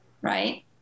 right